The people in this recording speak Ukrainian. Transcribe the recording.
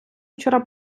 вчора